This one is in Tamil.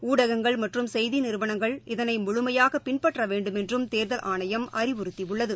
ஊடகங்கள் மற்றும் செய்திநிறுவனங்கள் இதனைமுழுமையாகபின்பற்றவேண்டுமென்றும் தேர்தல் ஆணையம் அறிவுறுத்தியுள்ளது